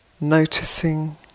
noticing